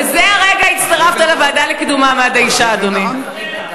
בזה הרגע הצטרפת לוועדה לקידום מעמד האישה, אדוני.